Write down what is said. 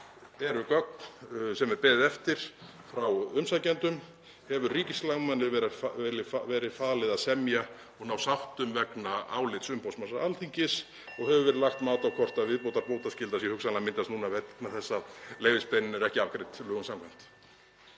Eru gögn sem beðið er eftir frá umsækjendum? Hefur ríkislögmanni verið falið að semja og ná sáttum vegna álits umboðsmanns Alþingis? Hefur verið lagt mat á hvort viðbótarbótaskylda sé hugsanlega að myndast núna vegna þess að leyfisbeiðnin er ekki afgreidd lögum samkvæmt?